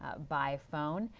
ah by phone.